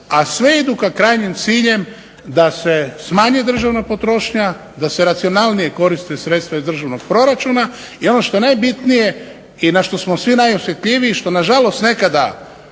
a sve idu ka kranjem cilju da se smanji državna potrošnja, da se racionalnije koriste sredstva iz državnog proračuna. I ono što je najbitnije i na što smo svi najosjetljiviji, što nažalost nekada